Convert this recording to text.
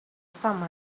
summer